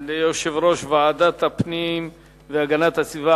תודה ליושב-ראש ועדת הפנים והגנת הסביבה,